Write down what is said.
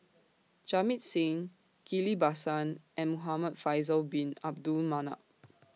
Jamit Singh Ghillie BaSan and Muhamad Faisal Bin Abdul Manap